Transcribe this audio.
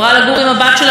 אם היו יותר חלופות,